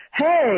Hey